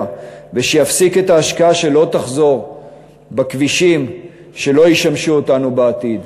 ושיפסיק את ההשקעה שלא תחזור בכבישים שלא ישמשו אותנו בעתיד.